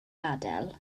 gadael